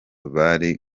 bari